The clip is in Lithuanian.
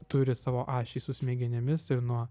turi savo ašį su smegenimis ir nuo